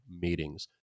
meetings